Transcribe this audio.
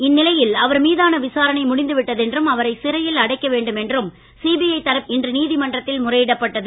இந்நிலையில் அவர் மீதான விசாரணை முடிந்து விட்டது என்றும் அவரை சிறையில் அடைக்க வேண்டும் என்று சிபிஐ தரப்பில் இன்று நீதிமன்றத்தில் முறையிடப்பட்டது